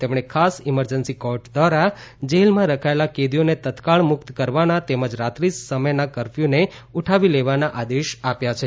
તેમણે ખાસ emergency court દ્વારા જેલમાં રખાયેલા કેદીઓને તત્કાળ મુક્ત કરવાના તેમજ રાત્રી સમયના કરફ્યુને ઉઠાવી લેવાના આદેશ આપ્યા છે